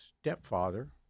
stepfather